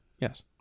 Yes